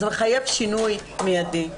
זה מחייב שינוי מיידי.